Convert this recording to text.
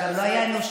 זה גם לא היה אנושי,